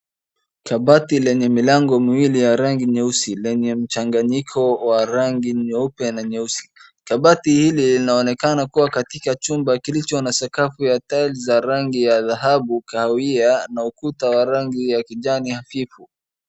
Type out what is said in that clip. Kabati lenye milango miwili ya rangi nyeusi, lenye mchanganyiko wa rangi nyeupe na nyeusi. Kabati hili linaonekana kuwa katika chumba kilicho na sakafu ya tiles za rangi ya dhahabu kawia na ukuta wa rangi ya kijani hafifu.